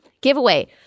giveaway